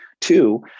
Two